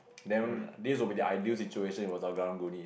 then this will be the ideal situation if I was a karang-guni